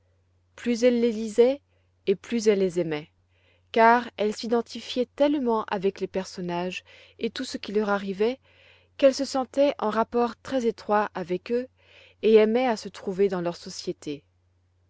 plus elle les lisait et plus elle les aimait car elle s'identifiait tellement avec les personnages et tout ce qui leur arrivait qu'elle se sentait en rapport très étroit avec eux et aimait à se trouver dans leur société